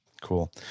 cool